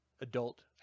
adult